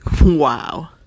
Wow